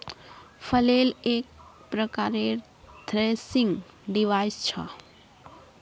flail एक प्रकारेर threshing device छ